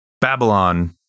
Babylon